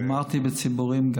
אמרתי גם ציבוריים,